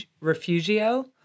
refugio